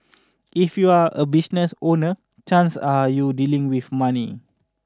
if you're a business owner chances are you dealing with money